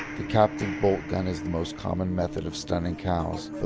the captive bolt gun is the most common method of stunning cows,